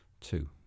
Two